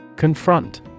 Confront